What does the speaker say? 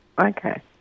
Okay